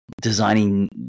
designing